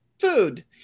Food